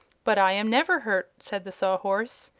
but i am never hurt, said the sawhorse.